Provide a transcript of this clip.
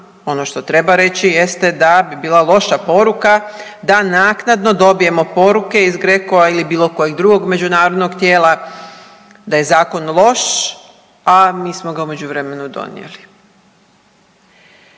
ono što treba reći jeste da bi bila loša poruka da naknadno dobijemo poruke iz GRECO-a ili bilo kojeg drugog međunarodnog tijela da je zakon loš, a mi smo ga u međuvremenu donijeli.